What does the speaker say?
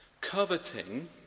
coveting